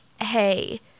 hey